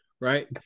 Right